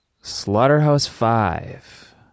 Slaughterhouse-Five